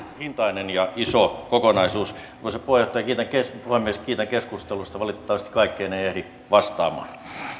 hintainen ja iso kokonaisuus arvoisa puhemies kiitän keskustelusta valitettavasti kaikkeen ei ehdi vastaamaan